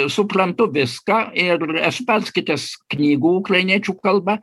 suprantu viską ir perskaitęs knygų ukrainiečių kalba